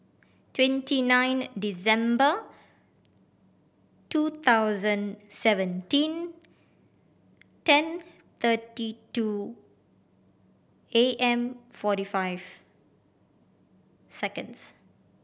twenty nine December two thousand seventeen ten thirty two A M forty five seconds